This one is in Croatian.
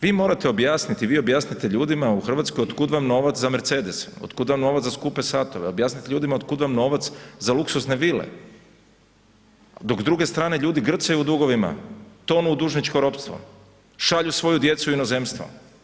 Vi morate objasniti, vi objasnite ljudima u Hrvatskoj od kud vam novac za mercedes, od kud vam novac za skupe satove, objasnite ljudima otkud vam novac za luksuzne vile dok s druge strane ljudi grcaju u dugovima, tonu u dužničko ropstvo, šalju svoju djecu u inozemstvo.